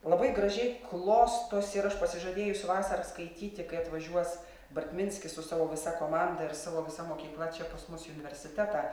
labai gražiai klostosi ir aš pasižadėjus vasarą skaityti kai atvažiuos bartminskis su savo visa komanda ir savo visa mokykla čia pas mus į universitetą